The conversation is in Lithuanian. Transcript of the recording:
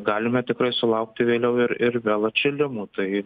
galima tikrai sulaukti vėliau ir ir vėl atšilimų tai